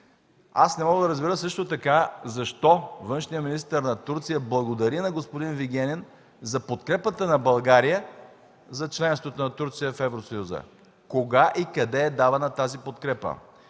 Не мога да разбера също така, защо външният министър на Турция, благодари на господин Вигенин за подкрепата на България за членството на Турция в Евросъюза. Кога и къде е давана тази подкрепа?